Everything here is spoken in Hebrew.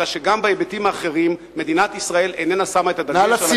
אלא שגם בהיבטים האחרים מדינת ישראל איננה שמה את הדגש על הכנת העורף.